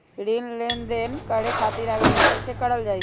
ऋण लेनदेन करे खातीर आवेदन कइसे करल जाई?